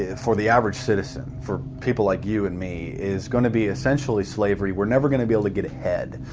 yeah for the average citizen, for people like you and me, is gonna be essentially slavery. we're never gonna be able to get ahead.